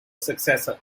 successor